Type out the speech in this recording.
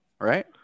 Right